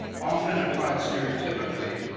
often applied stereotypically,